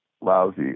lousy